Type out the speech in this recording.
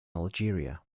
algeria